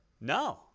No